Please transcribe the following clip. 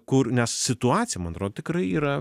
kur nes situacija man atrodo tikrai yra